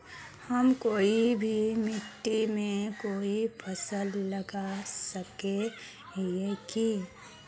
हम कोई भी मिट्टी में कोई फसल लगा सके हिये की?